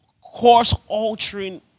course-altering